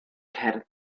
cerdd